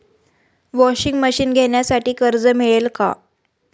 Washing machine घेण्यासाठी कर्ज मिळेल का?